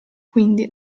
quindi